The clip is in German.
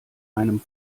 einem